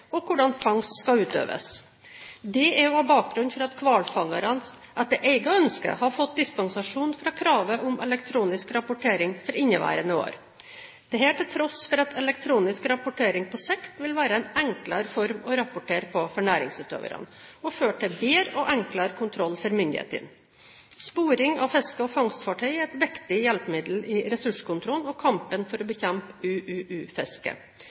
og hvordan fangst skal utøves. Det er også bakgrunnen for at hvalfangerne, etter eget ønske, har fått dispensasjon fra kravet om elektronisk rapportering for inneværende år – dette til tross for at elektronisk rapportering på sikt vil være en enklere form å rapportere på for næringsutøverne, og føre til bedre og enklere kontroll for myndighetene. Sporing av fiske- og fangstfartøy er et viktig hjelpemiddel i ressurskontrollen og i kampen for å